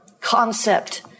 concept